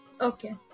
okay